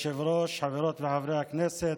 כבוד היושב-ראש, חברות וחברי הכנסת,